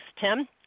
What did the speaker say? Tim